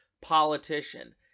politician